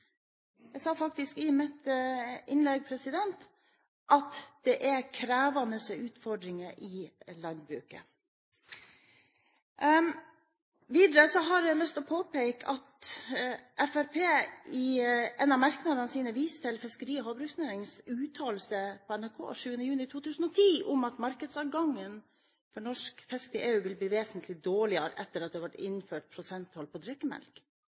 jeg sa det faktisk i mitt innlegg – at det er krevende utfordringer i landbruket. Videre har jeg lyst til å påpeke at Fremskrittspartiet i en av merknadene sine viser til Fiskeri- og havbruksnæringens uttalelse til NRK 7. juni 2010 om at markedsadgangen for norsk fisk til EU vil bli vesentlig dårligere etter at det ble innført prosenttoll på drikkemelk.